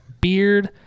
beard